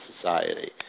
society